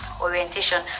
orientation